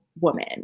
woman